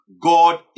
God